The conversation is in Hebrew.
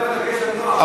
אין בעיה, לוועדת הרווחה.